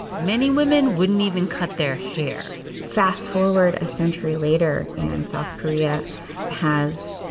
many women wouldn't even cut their hair fast-forward a century later, and south korea has,